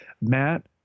Matt